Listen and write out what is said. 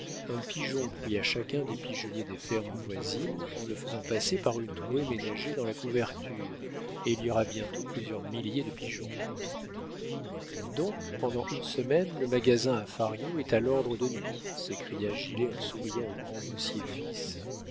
un pigeon pris à chacun des pigeonniers des fermes voisines en le faisant passer par une trouée ménagée dans la couverture et il y aura bientôt plusieurs milliers de pigeons donc pendant une semaine le magasin à fario est à l'ordre de nuit s'écria gilet en souriant au grand